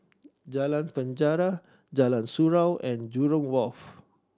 Jalan Penjara Jalan Surau and Jurong Wharf